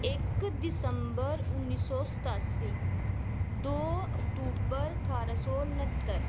इक दिसम्बर उन्नी सौ सतासी दो अक्टूबर ठारां सौ नत्तर